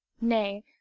nay